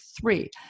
three